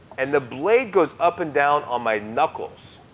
and the blade goes up and down on my knuckles.